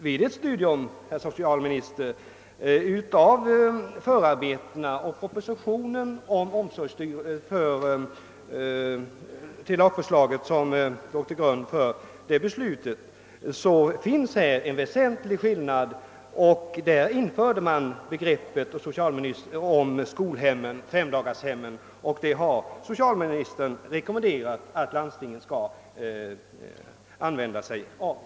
Vid ett studium av förarbetena och av propositionen som låg till grund för riksdagens beslut 1967 finner man, herr socialminister, att det är en väsentlig skillnad i förhållande till tidigare lag. Begreppet femdagarshem infördes, och socialministern har rekommenderat att landstingen skall tillämpa det systemet.